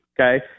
okay